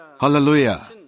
Hallelujah